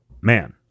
man